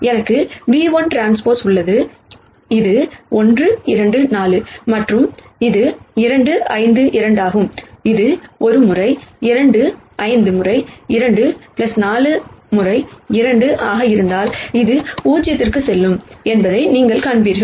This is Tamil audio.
எனக்கு v1T உள்ளது இது 1 2 4 மற்றும் இது 2 5 2 ஆகும் இது ஒரு முறை 2 5 முறை 2 4 முறை 2 ஆக இருந்தால் அது 0 க்கு செல்லும் என்பதை நீங்கள் காண்பீர்கள்